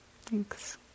Thanks